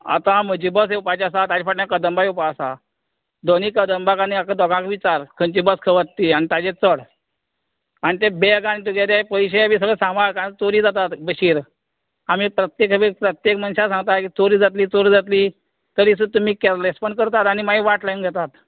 आतां म्हजी बस येवपाची आसा ताज्या फाटल्यान कदंबा येवपा आसा दोनी कदंबा आनीक तेका दोगांक विचार खंयची बस खंय वता ती आनी ताजेर चड आनी ते बॅग आनी तुजे ते पयशें बी सगळें सामाळ कारण चोरी जाता बशीर आमी प्रत्येक वेळी प्रत्येक मनशाक सांगता ही चोरी जातली चेरी जातली तरी सुद्दां तुमी केरलेसपण करतात आनी मागीर वाट लायन घेतात